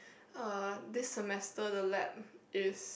uh this semester the lab is